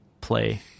play